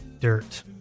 Dirt